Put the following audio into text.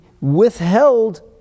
withheld